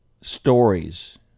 Stories